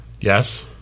Yes